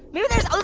maybe there's